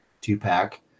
two-pack